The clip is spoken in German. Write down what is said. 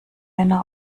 männer